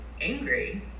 angry